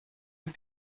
and